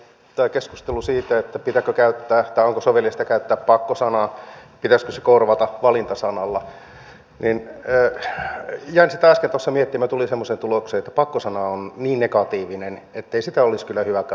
tätä keskustelua siitä onko soveliasta käyttää pakko sanaa pitäisikö se korvata valinta sanalla jäin äsken tuossa miettimään ja tulin semmoiseen tulokseen että pakko sana on niin negatiivinen ettei sitä olisi kyllä hyvä käyttää